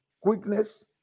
Quickness